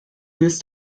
lose